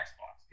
Xbox